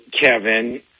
Kevin